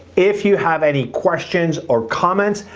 if you have any questions or comments.